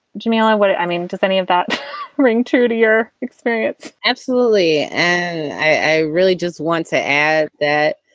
jamila, what i mean, does any of that ring true to your experience? absolutely. and i really just want to add that,